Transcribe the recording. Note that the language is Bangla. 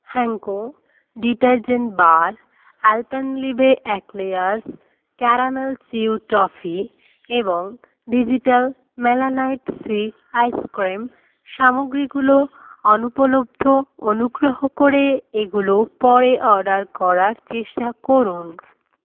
Henko detergent bar Alpenliebe Eclairs caramel chewy toffee এবং ভেজিটাল মেলানাইট সি আইসক্রিম সামগ্রীগুলো অনুপলব্ধ অনুগ্রহ করে এগুলো পরে অর্ডার করার চেষ্টা করুন